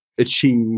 achieve